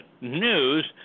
News